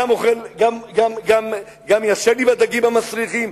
גם ישן עם הדגים המסריחים,